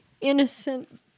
innocent